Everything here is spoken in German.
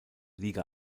liga